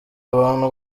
abantu